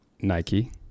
Nike